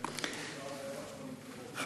תודה,